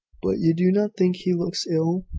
but you do not think he looks ill?